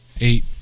eight